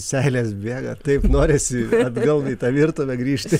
seilės bėga taip norisi atgal į tą virtuvę grįžti